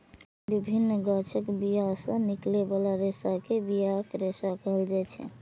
विभिन्न गाछक बिया सं निकलै बला रेशा कें बियाक रेशा कहल जाइ छै